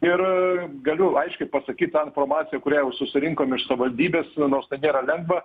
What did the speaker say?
ir galiu aiškiai pasakyt ta informacija kurią jau susirinkom iš savivaldybės nors nėra lengva